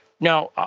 Now